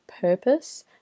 purpose